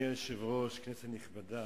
אדוני היושב-ראש, כנסת נכבדה,